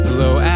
low